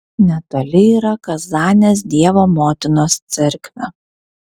netoli yra kazanės dievo motinos cerkvė